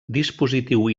dispositiu